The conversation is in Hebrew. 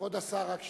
כבוד השר, רק שנייה.